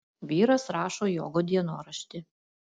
vyras rašo jogo dienoraštį